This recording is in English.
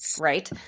right